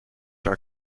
are